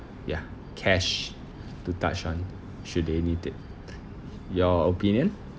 ya cash to touch on should they need it your opinion